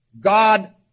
God